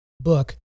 book